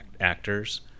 actors